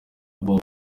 babo